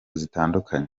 zitandukanye